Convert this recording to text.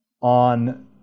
on